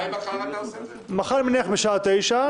אני מניח שמחר בשעה 09:00,